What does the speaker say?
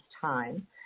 time